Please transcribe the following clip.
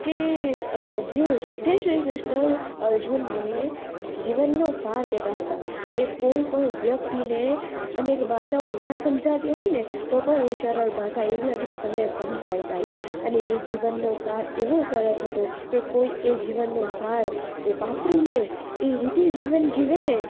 કે જે રીતે શ્રી ક્રિશ્ન અર્જુનને જીવનનો સાર કહેતાં હતાં કે કોઈ પણ વ્યક્તિને અનેક ભાષાઓ ના સમજાતી હોય ને તો પણ એ સરળ ભાષા એવી હતી કે તમને સમજાઈ જાય અને એ જીવનનો સાર એવો સરસ હતો કે કોઈ એ જીવનનો સાર એ વાપરી લે એ રીતે જીવન જીવે ને